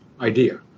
idea